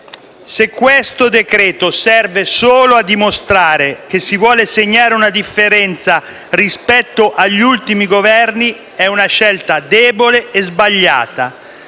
Se questo decreto-legge serve solo a dimostrare che si vuole segnare una differenza rispetto agli ultimi Governi, è una scelta debole e sbagliata.